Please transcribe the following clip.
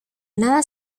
nada